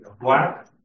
black